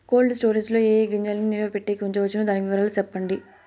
Cold storage లో ఏ ఏ గింజల్ని నిలువ పెట్టేకి ఉంచవచ్చును? దాని వివరాలు సెప్పండి?